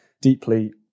deeply